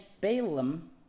Balaam